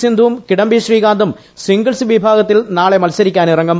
സിന്ധുവും കിടംബി ശ്രീകാന്തും സിംഗിൾസ് വിഭാഗത്തിൽ നാളെ മത്സരിക്കാനിറങ്ങും